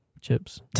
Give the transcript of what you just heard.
chips